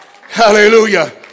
hallelujah